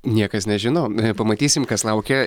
niekas nežino pamatysim kas laukia